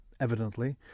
evidently